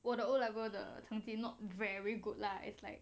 我的 O levels 的成绩 not very good lah it's like